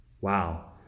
Wow